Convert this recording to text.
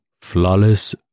flawless